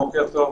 בוקר טוב.